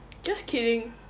just kidding